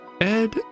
Ed